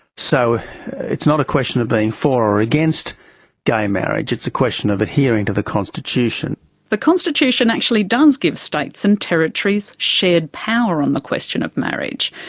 so it's not a question of being for or against gay marriage, it's a question of adhering to the constitution. the constitution actually does give states and territories shared power on the question of marriage.